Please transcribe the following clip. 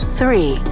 three